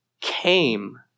came